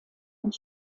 und